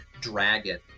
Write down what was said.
dragon